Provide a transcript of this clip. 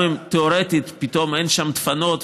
גם אם תיאורטית פתאום אין שם דפנות,